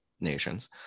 nations